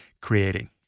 creating